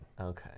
Okay